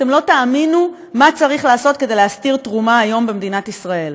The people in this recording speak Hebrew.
אתם לא תאמינו מה צריך לעשות כדי להסתיר תרומה היום במדינת ישראל: